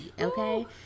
okay